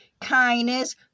Kindness